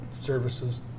services